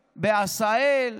בעשהאל,